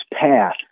path